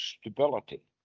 stability